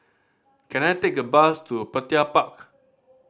can I take a bus to Petir Park